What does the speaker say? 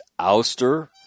ouster